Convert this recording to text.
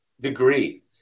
degree